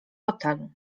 fotelu